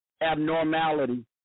abnormality